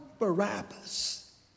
Barabbas